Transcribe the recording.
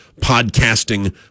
podcasting